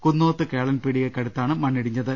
കുന്നോത്ത് കേളൻപീടികക്കടുത്താണ് മണ്ണിടിഞ്ഞത്